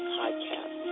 podcast